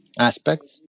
aspects